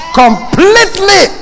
completely